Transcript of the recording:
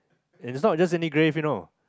and it's just not any grave you know